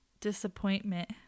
disappointment